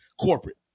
corporate